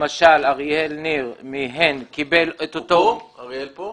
למשל, אריאל ניר מהן קיבל את אותו --- אריאל פה?